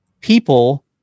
people